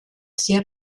sehr